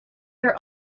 your